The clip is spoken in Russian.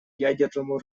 ядерному